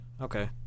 Okay